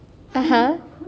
(uh huh)